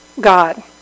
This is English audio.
God